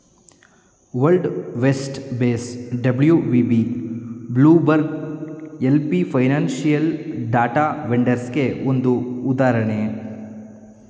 world west base WVB, Bloomberg LP financial data ವೆಂಡರ್ಸ್ಗೆಗೆ ಒಂದು ಉದಾಹರಣೆಯಾಗಿದೆ